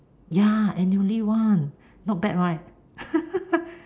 ya annually [one] not bad right